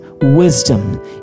wisdom